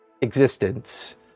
existence